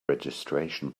registration